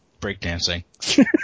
breakdancing